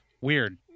Weird